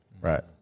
Right